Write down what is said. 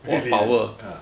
really ah